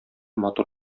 матур